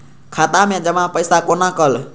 खाता मैं जमा पैसा कोना कल